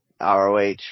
ROH